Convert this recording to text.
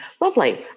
lovely